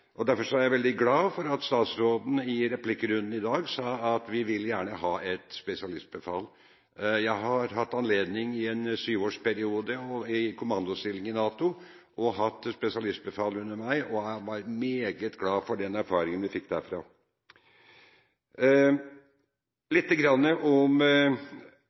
blindvei. Derfor er jeg veldig glad for at statsråden i replikkrunden i dag sa at vi gjerne vil ha et spesialistbefal. Jeg har i en syvårsperiode og i kommandostilling i NATO hatt anledning til å ha spesialistbefal under meg og var meget glad for den erfaringen vi fikk derfra. Litt om